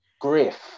Griff